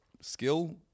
Skill